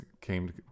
Came